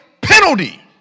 Penalty